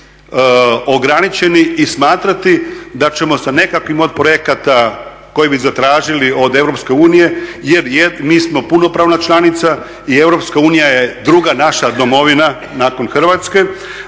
ograničeni i smatrati da ćemo sa nekakvim od projekata koji bi zatražili od Europske unije jer mi smo punopravna članica i Europska unija je druga naša domovina nakon Hrvatske,